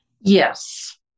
Yes